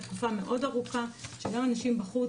הייתה תקופה מאוד ארוכה שגם אנשים בחוץ,